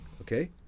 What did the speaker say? okay